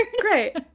Great